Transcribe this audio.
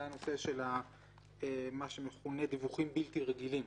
הנושא של מה שמכונה דיווחים בלתי רגילים.